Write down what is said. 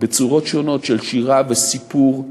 בצורות שונות, של שירה וסיפור,